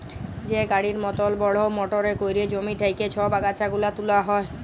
যে গাড়ির মতল বড়হ মটরে ক্যইরে জমি থ্যাইকে ছব আগাছা গুলা তুলা হ্যয়